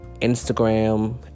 Instagram